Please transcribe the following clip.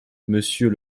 monsieur